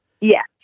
Yes